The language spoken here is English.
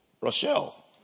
Rochelle